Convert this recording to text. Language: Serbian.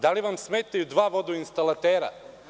Da li vam smetaju dva vodoinstalatera?